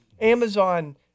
Amazon